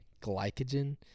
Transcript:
glycogen